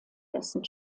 dessen